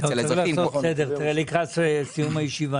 צריך לעשות סדר לקראת סיום הישיבה,